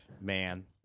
Man